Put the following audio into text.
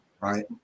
right